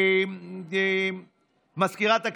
מזכירת הכנסת,